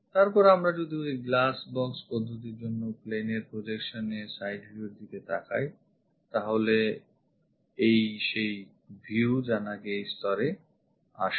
তারপর আমরা যদি ওই glass box পদ্ধতির জন্য plane এর projection এ side viewর দিকে তাকাই তাহলে এই সেই view যা নাকি এই স্তরে আসে